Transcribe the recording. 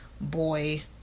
boy